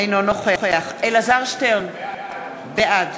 אינו נוכח אלעזר שטרן, בעד